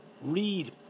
read